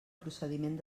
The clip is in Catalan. procediment